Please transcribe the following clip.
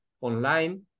online